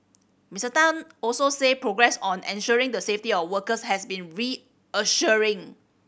Mister Tan also said progress on ensuring the safety of workers has been reassuring